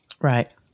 Right